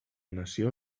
nació